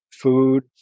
food